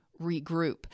regroup